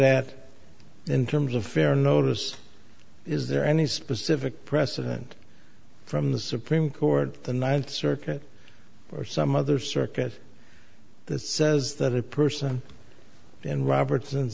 that in terms of fair notice is there any specific precedent from the supreme court the ninth circuit or some other circuit that says that a person in robertson